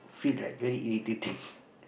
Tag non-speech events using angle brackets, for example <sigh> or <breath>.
feel like very irritating <breath>